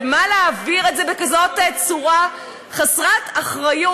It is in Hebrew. לְמה להעביר את זה בכזאת צורה חסרת אחריות?